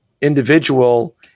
individual